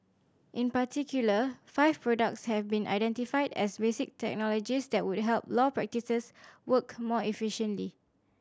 in particular five products have been identified as basic technologies that would help law practices work more efficiently